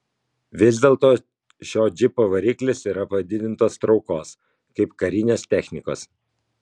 vis dėlto šio džipo variklis yra padidintos traukos kaip karinės technikos